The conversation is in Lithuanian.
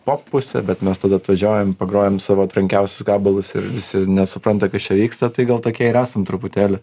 į pop pusę bet mes tada atvažiuojam pagrojam savo trankiausius gabalus ir visi nesupranta kas čia vyksta tai gal tokie ir esam truputėlį